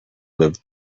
lived